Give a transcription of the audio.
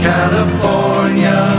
California